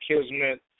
Kismet